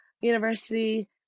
University